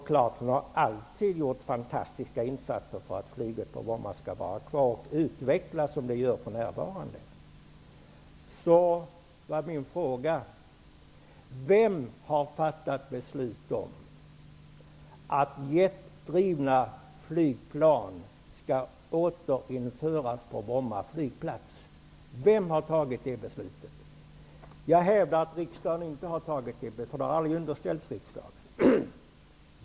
Han har alltid gjort fantastiska insatser för att flyget på Bromma skall vara kvar och utvecklas som det för närvarande gör. Min fråga är: Vem har fattat beslut om att jetdrivna flygplan skall återinföras på Bromma flygplats? Jag hävdar att riksdagen inte har gjort det, eftersom frågan aldrig har underställts riksdagen.